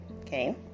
Okay